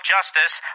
Justice